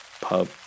pub